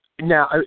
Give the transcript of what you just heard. now